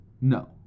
No